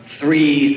three